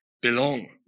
belong